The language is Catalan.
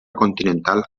continental